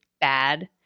bad